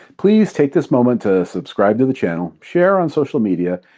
please take this moment to subscribe to the channel, share on social media,